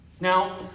Now